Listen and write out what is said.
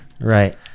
Right